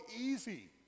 easy